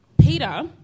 Peter